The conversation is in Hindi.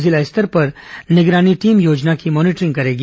जिला स्तर पर निगरानी टीम योजना की मॉनिटरिंग करेगी